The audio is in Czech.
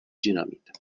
dynamit